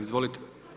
Izvolite.